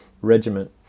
regiment